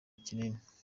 yikinira